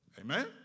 Amen